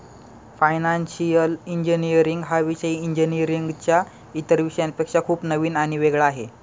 financial engineering हा विषय इंजिनीअरिंगच्या इतर विषयांपेक्षा खूप नवीन आणि वेगळा आहे